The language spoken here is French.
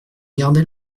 garder